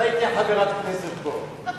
מתי היא תהיה חברת כנסת פה?